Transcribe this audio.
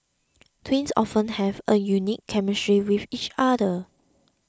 twins often have a unique chemistry with each other